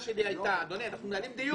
אדוני, אנחנו מנהלים דיון.